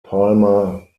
palmer